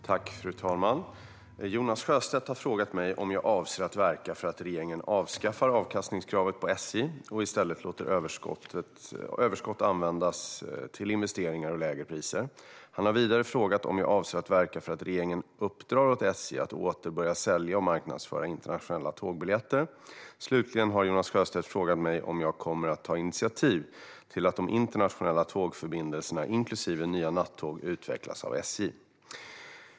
Svar på interpellationer Fru talman! Jonas Sjöstedt har frågat mig om jag avser att verka för att regeringen avskaffar avkastningskravet på SJ och i stället låter överskott användas till investeringar och lägre priser. Han har vidare frågat om jag avser att verka för att regeringen uppdrar åt SJ att åter börja sälja och marknadsföra internationella tågbiljetter. Slutligen har Jonas Sjöstedt frågat mig om jag kommer att ta initiativ till att de internationella tågförbindelserna, inklusive nya nattåg, utvecklas av SJ.